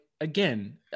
again